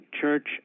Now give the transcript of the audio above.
church